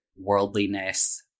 worldliness